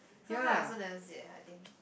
sometime I also never zip ah I think